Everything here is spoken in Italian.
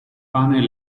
pane